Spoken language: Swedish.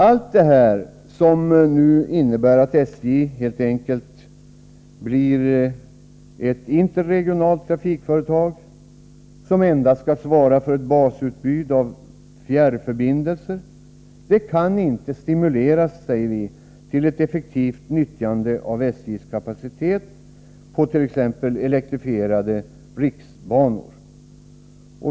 Hela denna ordning, som innebär att SJ helt enkelt blir ett interregionalt trafikföretag, som endast skall svara för ett basutbud av fjärrförbindelser, kan inte, säger vi, stimulera till ett effektivt utnyttjande av SJ:s kapacitet på t.ex. elektrifierade riksbanor.